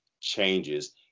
changes